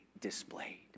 displayed